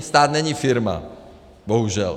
Stát není firma, bohužel.